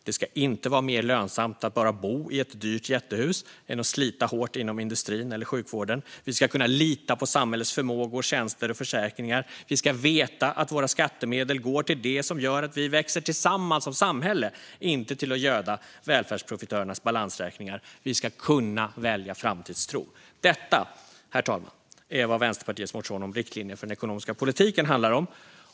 Det ska inte vara mer lönsamt att bara bo i ett dyrt jättehus än att slita hårt inom industrin eller sjukvården. Vi ska kunna lita på samhällets förmågor, tjänster och försäkringar. Vi ska veta att våra skattemedel går till det som gör att vi växer tillsammans som samhälle, inte till att göda välfärdsprofitörernas balansräkningar. Vi ska kunna välja framtidstro. Detta, herr talman, är vad Vänsterpartiets motion om riktlinjer för den ekonomiska politiken handlar om.